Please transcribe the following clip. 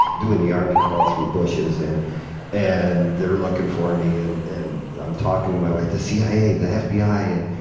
doing the army crawl through bushes, and and they're looking for me and and i'm talking to my wife, the cia, the yeah fbi! and,